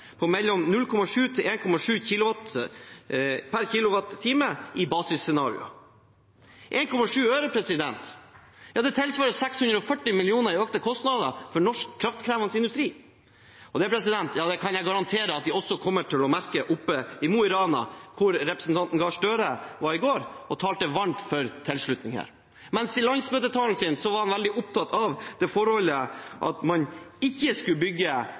på mellom 0,7 og 1,7 øre per kWh i basisscenarioer. – 1,7 øre, president. Det tilsvarer 640 mill. kr i økte kostnader for norsk kraftkrevende industri. Det kan jeg garantere at de også kommer til å merke oppe i Mo i Rana, hvor representanten Gahr Støre var i går og talte varmt for tilslutning. Mens i landsmøtetalen sin var han veldig opptatt av det forholdet at man ikke skulle bygge